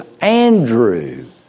Andrew